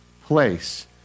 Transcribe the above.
place